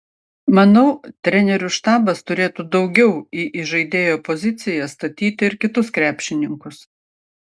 manau trenerių štabas turėtų daugiau į įžaidėjo poziciją statyti ir kitus krepšininkus